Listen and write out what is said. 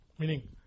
Meaning